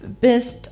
bist